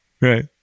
right